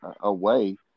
away